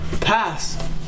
Pass